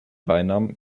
beinamen